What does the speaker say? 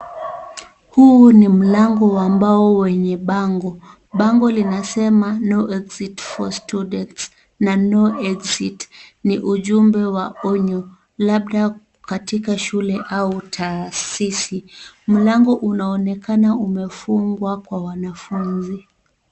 Huu ni mlango wa ambao wenye bango, bango linasema no exit for students na no exit , ni ujumbe wa onyo labda katika shule au taasisi, mlango unaonekana umefungwa kwa wanafunzi.